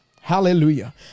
Hallelujah